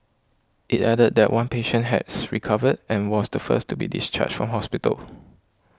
it added that one patient has recovered and was the first to be discharged from hospital